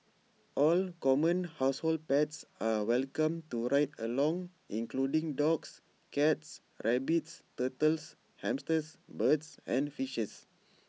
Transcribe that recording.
all common household pets are welcome to ride along including dogs cats rabbits turtles hamsters birds and fishes